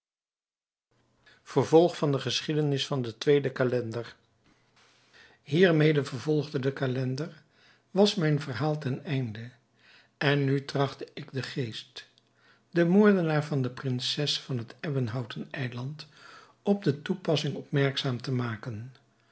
vervolg van de geschiedenis van den tweeden calender hiermede vervolgde de calender was mijn verhaal ten einde en nu trachtte ik den geest den moordenaar van de prinses van het ebbenhouten eiland op de toepassing opmerkzaam te maken